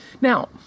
Now